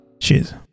Cheers